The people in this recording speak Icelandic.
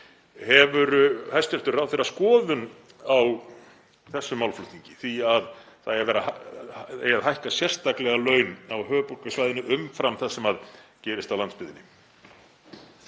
Hefur hæstv. ráðherra skoðun á þessum málflutningi, því að það eigi að hækka sérstaklega laun á höfuðborgarsvæðinu umfram það sem gerist á landsbyggðinni?